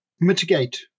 mitigate